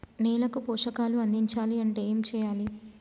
నేలకు పోషకాలు అందించాలి అంటే ఏం చెయ్యాలి?